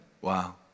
Wow